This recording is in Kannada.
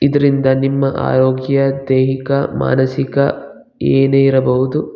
ಇದರಿಂದ ನಿಮ್ಮ ಆರೋಗ್ಯ ದೈಹಿಕ ಮಾನಸಿಕ ಏನೇ ಇರಬಹುದು